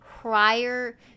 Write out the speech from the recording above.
prior